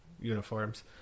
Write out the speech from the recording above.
uniforms